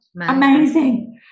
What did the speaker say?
amazing